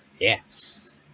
Yes